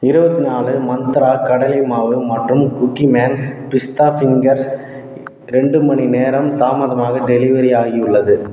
இருவத்தி நாலு மந்த்ரா கடலை மாவு மற்றும் குக்கீமேன் பிஸ்தா ஃபிங்கர்ஸ் ரெண்டு மணி நேரம் தாமதமாக டெலிவரி ஆகியுள்ளது